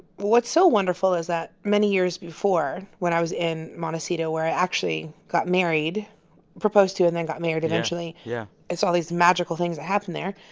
what's so wonderful is that many years before, when i was in montecito, where i actually got married proposed to and then got married eventually yeah and saw these magical things that happen there.